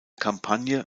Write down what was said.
kampagne